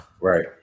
Right